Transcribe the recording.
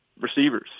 receivers